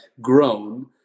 grown